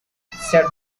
said